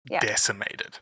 decimated